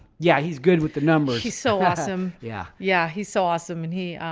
yeah, he's good with the numbers. he's so awesome. yeah, yeah, he's so awesome. and he,